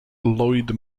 lloyd